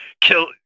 Kill